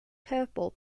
curveball